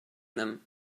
them